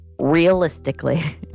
realistically